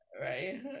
Right